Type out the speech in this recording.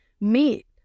meet